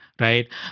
right